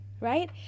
Right